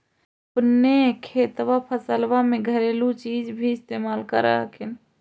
अपने खेतबा फसल्बा मे घरेलू चीज भी इस्तेमल कर हखिन?